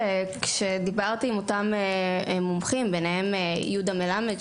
כשדיברתי עם אותם מומחים, ביניהם יהודה מלמד,